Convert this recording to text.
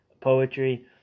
poetry